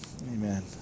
amen